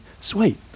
Sweet